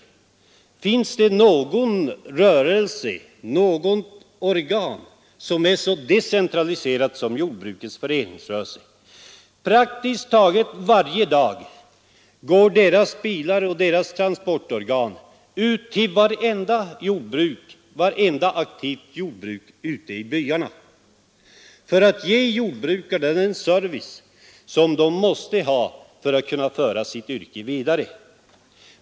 Finns det någon rörelse eller något organ som är så decentraliserat som jordbrukets föreningsrörelse? Praktiskt taget varje dag går föreningsrörelsens bilar och transporter till vartenda aktivt jordbruk ute i byarna för att ge jordbrukarna den service de måste ha för att kunna föra sitt yrke vidare.